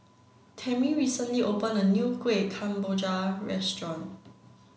Tammi recently opened a new Kueh Kemboja Restaurant